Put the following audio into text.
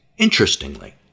Interestingly